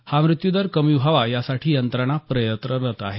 हा मृत्यू दर कमी व्हावा यासाठी यंत्रणा प्रयत्नरत आहे